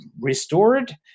restored